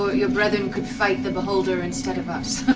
ah your brethren could fight the beholder instead of us?